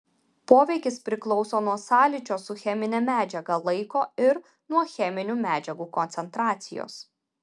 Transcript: poveikis priklauso nuo sąlyčio su chemine medžiaga laiko ir nuo cheminių medžiagų koncentracijos